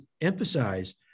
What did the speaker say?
emphasize